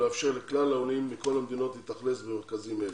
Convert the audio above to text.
ולאפשר לכלל העולים מכל המדינות להתאכלס במרכזים אלה.